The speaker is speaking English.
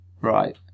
Right